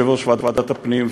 יושב-ראש ועדת הפנים,